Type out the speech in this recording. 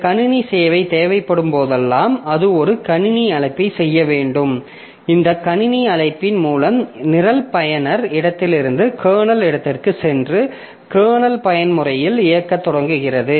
சில கணினி சேவை தேவைப்படும்போதெல்லாம் அது ஒரு கணினி அழைப்பைச் செய்ய வேண்டும் இந்த கணினி அழைப்பின் மூலம் நிரல் பயனர் இடத்திலிருந்து கர்னல் இடத்திற்குச் சென்று கர்னல் பயன்முறையில் இயக்கத் தொடங்குகிறது